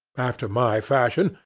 after my fashion,